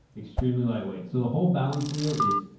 extremely lightweight. so the whole balance wheel is